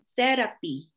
therapy